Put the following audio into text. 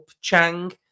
Chang